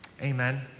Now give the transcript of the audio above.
Amen